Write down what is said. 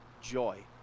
joy